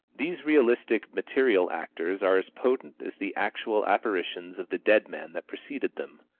these realistic material actors are as potent as the actual apparitions of the dead man that preceded them.